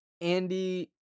Andy